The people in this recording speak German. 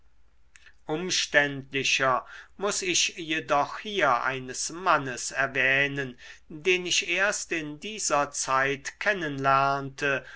umständlicher muß ich jedoch hier eines mannes erwähnen den ich erst in dieser zeit